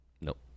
Nope